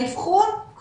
האבחון,